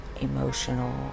emotional